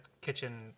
kitchen